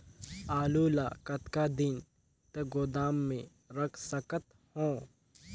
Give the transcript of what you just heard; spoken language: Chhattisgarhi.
आलू ल कतका दिन तक गोदाम मे रख सकथ हों?